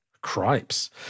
Cripes